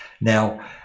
Now